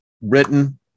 written